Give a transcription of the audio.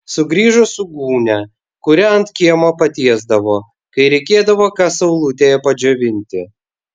sugrįžo su gūnia kurią ant kiemo patiesdavo kai reikėdavo ką saulutėje padžiovinti